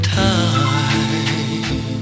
time